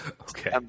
Okay